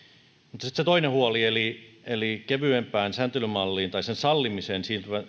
sitten se toinen huoli eli eli kevyempään sääntelymalliin tai sen sallimiseen